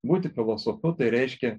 būti filosofu tai reiškia